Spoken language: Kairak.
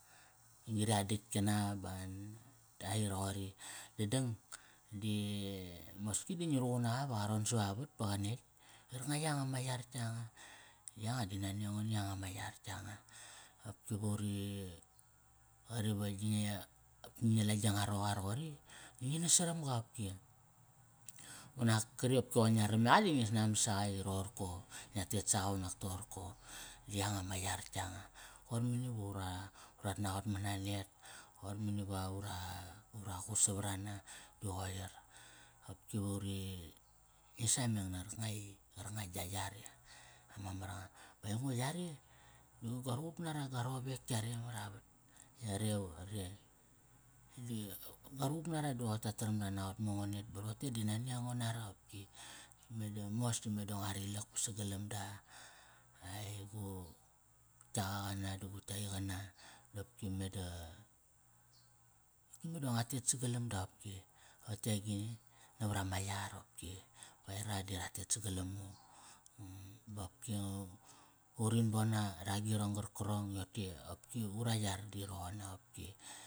Ngium gri an ditk kana ba an. Ai reqori. Dadang di moski di ngi ruqun naqa va qa ron sava vat pa qa netk. Qarkanga yanga ma yar yanga. Yanga di nani ango ni yanga ma yar yanga. Qopki va uri, qari va ngi la gi nga roqa roqori, di ngi nas saram ga qopki. Unak kari qopki qoi ngia karam eqa di ngi snanbat saqa i roqorkoy ngia tet soqo unak to qorko, di yanga ma yar yanga. Koir mani va ura, urat naqot mana net. Qoir mani va ura, ura qus savarana, di qoir. Qopki va uri, ngi sameng na qarkanga i, qarkanga gia yar eh? Ama mar nga. Aingo yare di ga ruqup nara gua rowek yare mara vat. Yare di gua ruqup nara di qoi ta taram da naqot ma ngo net. Ba rote di nani ango nara opki. Meda mos ti nga rilak pa sagalamda. Ai gu tkiaqa qana da gu tkiaqi qana. Dopki meda ki meda ngua tet sagalamda qopki. Rote agini? Navarama yar opki. Bar aira di ra tet sagalam ngo. Ba opki urin bon ra agirong qarkarong i rote ura yar di roqon na qopki.